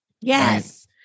Yes